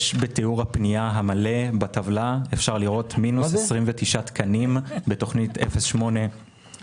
בתיאור הפנייה המלא בטבלה אפשר לראות מינוס 29 תקנים בתכניית 08-51-03,